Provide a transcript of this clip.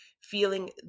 feeling